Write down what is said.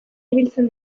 ibiltzen